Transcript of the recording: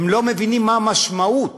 והם לא מבינים מהי המשמעות